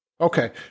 Okay